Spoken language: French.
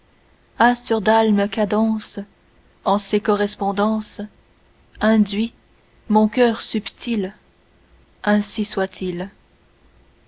a sur d'almes cadences en ses correspondances induit mon coeur subtil ainsi soit-il